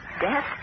death